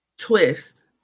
twist